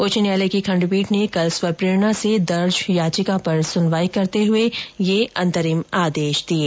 high court की खण्डपीठ ने कल स्वप्रेरणा से दर्ज याचिका पर सुनवाई करते हुए यह अंतरिम आदेश दिये